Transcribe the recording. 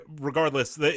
regardless